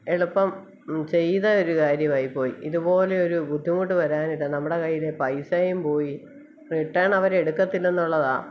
എളുപ്പം ചെയ്തൊരു കാര്യമായിപ്പോയി ഇതു പോലെ ഒരു ബുദ്ധിമുട്ട് വരാനില്ല നമ്മുടെ കയ്യിലേ പൈസയും പോയി റിട്ടേൺ അവർ എടുക്കത്തില്ലെന്നുള്ളതാണ്